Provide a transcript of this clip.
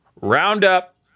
Roundup